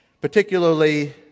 particularly